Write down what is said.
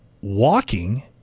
walking